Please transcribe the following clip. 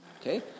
Okay